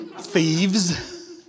thieves